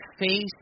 face